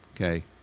okay